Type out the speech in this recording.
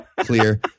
clear